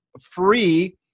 free